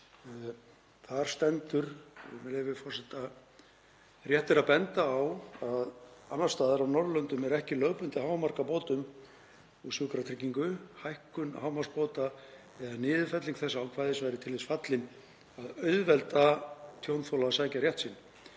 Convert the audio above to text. forseta: „Rétt er að benda á að annars staðar á Norðurlöndum er ekki lögbundið hámark á bótum úr sjúklingatryggingu. Hækkun hámarksbóta eða niðurfelling þess ákvæðis væri til þess fallin að auðvelda tjónþola að sækja rétt sinn,